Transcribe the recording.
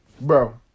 bro